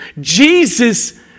Jesus